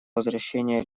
возвращение